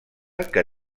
que